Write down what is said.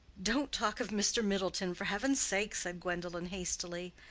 don't talk of mr. middleton, for heaven's sake, said gwendolen, hastily,